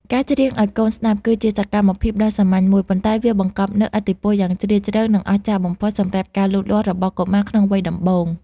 ការច្រៀងឱ្យកូនស្តាប់ គឺជាសកម្មភាពដ៏សាមញ្ញមួយ ប៉ុន្តែវាបង្កប់នូវឥទ្ធិពលយ៉ាងជ្រាលជ្រៅ និងអស្ចារ្យបំផុតសម្រាប់ការលូតលាស់របស់កុមារក្នុងវ័យដំបូង។